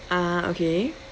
ah okay